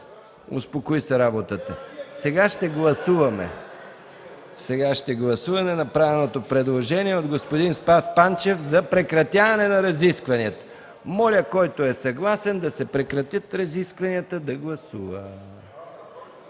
но работата се успокои. Сега ще гласуваме направеното предложение от господин Спас Панчев за прекратяване на разискванията. Моля, който е съгласен да се прекратят разискванията, да гласува.